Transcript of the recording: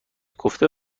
گفته